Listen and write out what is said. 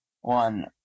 one